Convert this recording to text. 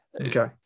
Okay